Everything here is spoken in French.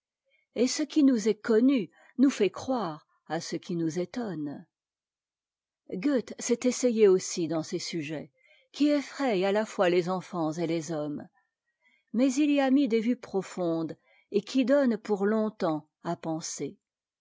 et ce qui nous est connu nous fait croire à ce qui nous étonne goethe sest essayé aussi dans ces sujets qui effrayent à ta fois tes enfants et tes hommes mais il y a mis des vues profondes et qui donnent pour longtemps a penser